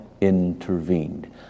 intervened